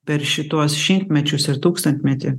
per šituos šimtmečius ir tūkstantmetį